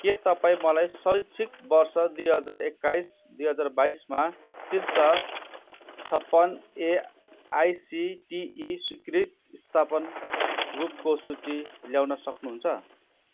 के तपाईँँ मलाई शैक्षिक वर्ष दुई हजार एक्काइस दुई हजार बाइसमा शीर्ष छपन्न एआइसिटिई स्वीकृत स्थापन रूप सूची ल्याउन सक्नुहुन्छ